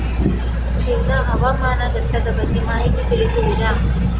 ಜಿಲ್ಲಾ ಹವಾಮಾನ ಘಟಕದ ಬಗ್ಗೆ ಮಾಹಿತಿ ತಿಳಿಸುವಿರಾ?